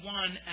one